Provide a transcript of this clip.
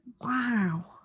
Wow